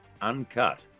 uncut